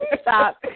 Stop